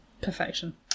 Perfection